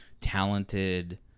talented